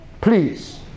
Please